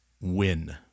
win